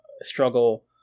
struggle